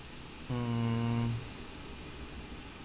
mm